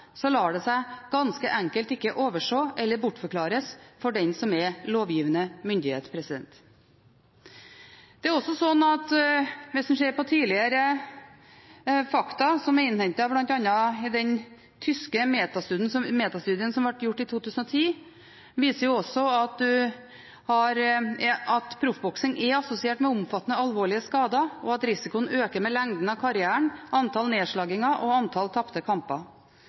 det seg ganske enkelt ikke overse eller bortforklare for den som er lovgivende myndighet. Det er også slik at hvis man ser på tidligere fakta som er innhentet, bl.a. i den tyske metastudien som ble gjort i 2010, viser det seg også at proffboksing er assosiert med omfattende alvorlige skader, og at risikoen øker med lengden av karrieren, antall nedslagninger og antall tapte kamper.